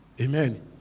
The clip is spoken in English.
Amen